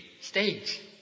stage